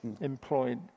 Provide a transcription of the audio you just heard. employed